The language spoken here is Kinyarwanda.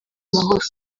amahoro